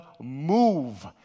Move